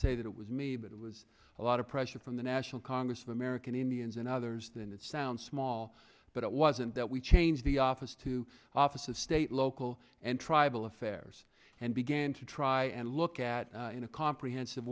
say that it was me but it was a lot of pressure from the national congress of american indians and others than it sounds small but it wasn't that we changed the office to office of state local and tribal affairs and began to try and look at in a comprehensive